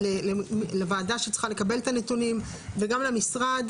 לוועדה שצריכה לקבל את הנתונים וגם למשרד,